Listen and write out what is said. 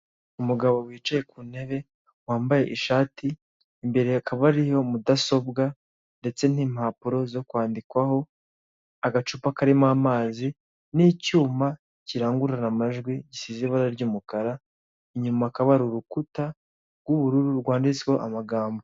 Umugabo wicaye kuntebe wambaye ishati imbere hakaba hariyo mudasobwa ndetse nimpapuro zo kwandikwaho agacupa karimo amazi nicyuma kirangurura amajwi gisize ibara ryumukara inyuma hakaba hari urukuta rwubururu rwanditsweho amagambo.